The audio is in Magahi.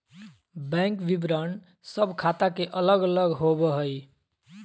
बैंक विवरण सब ख़ाता के अलग अलग होबो हइ